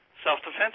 self-defense